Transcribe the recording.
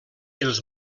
els